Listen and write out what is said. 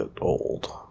old